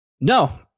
No